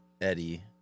Eddie